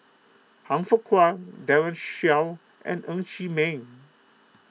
Han Fook Kwang Daren Shiau and Ng Chee Meng